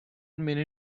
almeno